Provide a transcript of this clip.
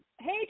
hey